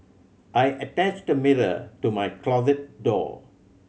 I attached a mirror to my closet door